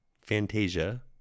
Fantasia